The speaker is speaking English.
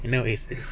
you know it's